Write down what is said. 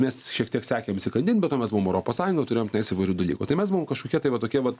mes šiek tiek sekėm įkandin be to mes buvom europos sąjungoj jau turėjom tenais įvairių dalykų tai mes buvom kažkokie tai va tokie vat